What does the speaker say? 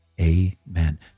Amen